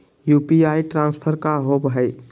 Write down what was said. UPI transfer का होव हई?